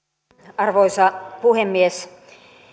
arvoisa puhemies